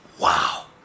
Wow